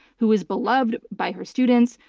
who is beloved by her students,